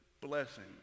blessing